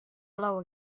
blow